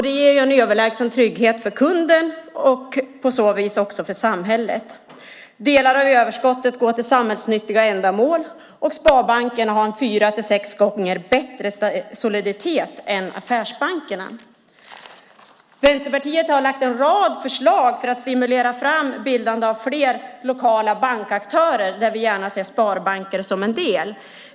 Det ger en överlägsen trygghet för kunden, och på så vis också för samhället. Delar av överskottet går till samhällsnyttiga ändamål. Sparbanken har en soliditet som är fyra till sex gånger bättre än affärsbankerna. Vänsterpartiet har lagt fram en rad förslag för att stimulera fram bildandet av fler lokala banker där vi gärna ser sparbanker som en del.